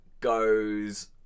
goes